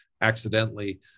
accidentally